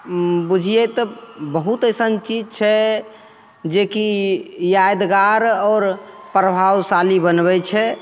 बुझिए तऽ बहुत अइसन चीज छै जेकि यादगार आओर प्रभावशाली बनबै छै